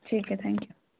ٹھیک ہے thank you